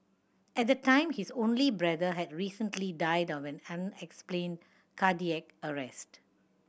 at the time his only brother had recently died of an unexplained cardiac arrest